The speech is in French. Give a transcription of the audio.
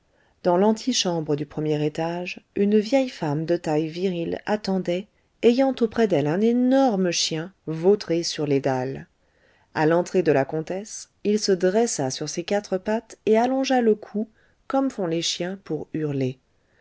dans l'antichambre du premier étage une vieille femme de taille virile attendait ayant auprès d'elle un énorme chien vautré sur les dalles a l'entrée de la comtesse il se dressa sur ses quatre pattes et allongea le cou comme font les chiens pour hurler